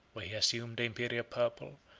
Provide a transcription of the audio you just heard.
where he assumed the imperial purple,